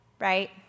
right